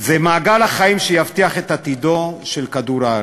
זה מעגל החיים שיבטיח את עתידו של כדור-הארץ.